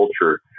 culture